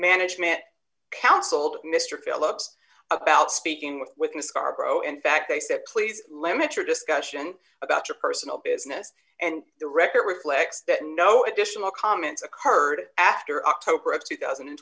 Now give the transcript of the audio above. management counseled mr phillips about speaking with within the scarboro in fact they said please limit your discussion about your personal business and the record reflects that no additional comments occurred after october of two thousand and